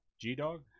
G-Dog